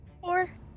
four